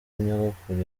nyogokuru